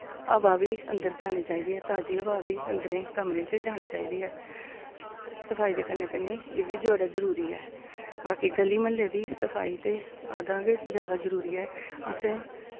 हवा बी अंदर जानी चाहिदी ऐ ताजी हवा बी अंदरें कमरें च जानी चाहिदी ऐ सफाई दे कन्नै कन्नै एह् बी बड़ा जरूरी ऐ बाकी गली म्हल्ले दी सफाई ते अदां गै ज्यादा जरूरी ऐ असें